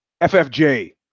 FFJ